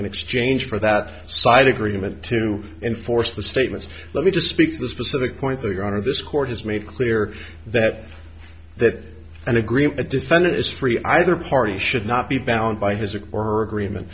in exchange for that side agreement to enforce the statements let me just speak to the specific point though your honor this court has made clear that that an agreement the defendant is free either party should not be bound by his or her or agreement